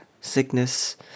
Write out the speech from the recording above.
sickness